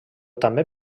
també